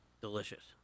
Delicious